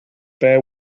bear